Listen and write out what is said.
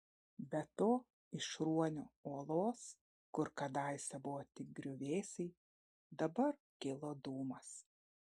be to iš ruonio uolos kur kadaise buvo tik griuvėsiai dabar kilo dūmas